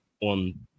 on